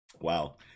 Wow